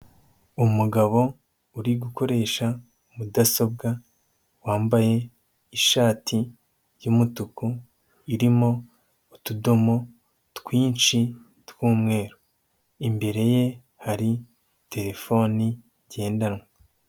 Umugabo uri gukoresha mudasobwa, wambaye ishati y'umutuku irimo utudomo twinshi tw'umweru, imbere ye hari terefone ngendanwa.